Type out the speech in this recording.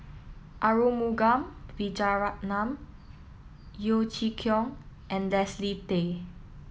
Arumugam Vijiaratnam Yeo Chee Kiong and Leslie Tay